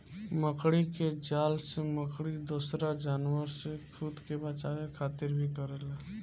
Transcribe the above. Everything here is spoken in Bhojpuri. मकड़ी के जाल से मकड़ी दोसरा जानवर से खुद के बचावे खातिर भी करेले